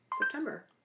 September